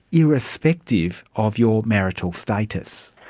irrespective of your marital status.